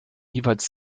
jeweils